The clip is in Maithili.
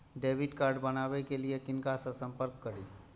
डैबिट कार्ड बनावे के लिए किनका से संपर्क करी?